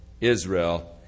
Israel